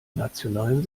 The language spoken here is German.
nationalen